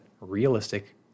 realistic